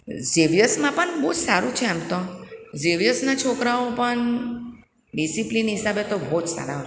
ઝેવિયર્સમાં પણ બહુ સારું છે આમ તો ઝેવિયર્સના છોકરાઓ પણ ડિસિપ્લિન હિસાબે તો બહુ જ સારા